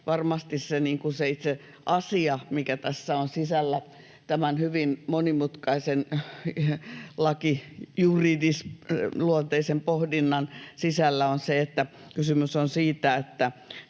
varmasti se itse asia, mikä tässä on sisällä, tämän hyvin monimutkaisen lakijuridisluonteisen pohdinnan sisällä, on se, että kysymys on siitä, että